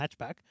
hatchback